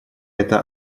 это